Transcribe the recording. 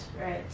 right